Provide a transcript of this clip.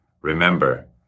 Remember